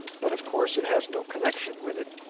but of course it has no connection with it.